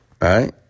right